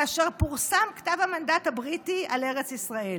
כאשר פורסם כתב המנדט הבריטי על ארץ ישראל.